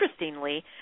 interestingly